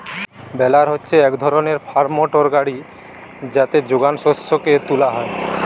বেলার হচ্ছে এক ধরণের ফার্ম মোটর গাড়ি যাতে যোগান শস্যকে তুলা হয়